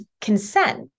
consent